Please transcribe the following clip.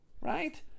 Right